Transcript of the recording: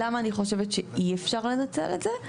עכשיו, למה אני חושבת שאי אפשר לנצל את זה?